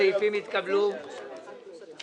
הצבעה בעד,